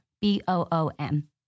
B-O-O-M